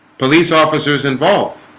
police officers involved